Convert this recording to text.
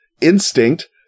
instinct